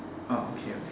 okay okay